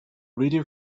radio